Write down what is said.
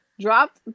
Dropped